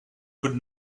could